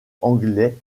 anglais